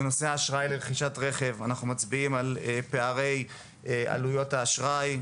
בנושא האשראי לרכישת רכב אנחנו מצביעים על פערי עלויות האשראי.